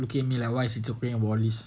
looking at me like why is he talking about this